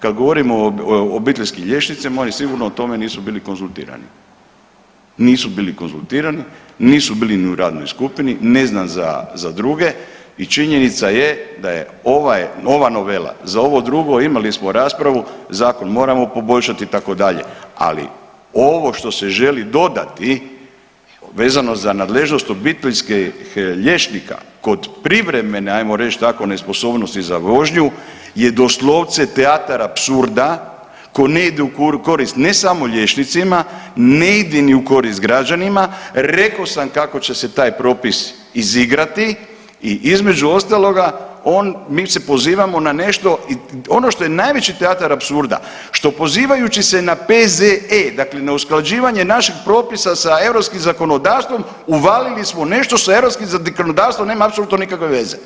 Kad govorimo o obiteljskim liječnicima oni sigurno o tome nisu bili konzultirani, nisu bili konzultirani, nisu bili ni u radnoj skupini, ne znam za druge i činjenica je da je ova novela, za ovo drugo imali smo raspravu zakon moramo poboljšati itd., ali ovo što se želi dodati vezano za nadležnost obiteljskih liječnika kod privremene ajmo reć tako nesposobnosti za vožnju je doslovce teatar apsurda koja ne ide u korist ne samo liječnicima, ne ide u korist ni građanima, rekao sam kako će se taj propis izigrati i između ostaloga on mi se pozivamo na nešto ono što je najveći teatar apsurda što pozivajući se na P.Z.E. dakle na usklađivanje našeg propisa sa europskim zakonodavstvom uvalili u nešto što sa europskim zakonodavstvom nema apsolutno nikakve veze.